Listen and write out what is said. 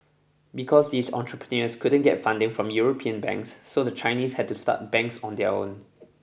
because these entrepreneurs couldn't get funding from European banks so the Chinese had to start banks on their own